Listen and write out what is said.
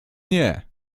nie